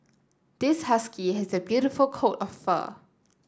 this husky has a beautiful coat of fur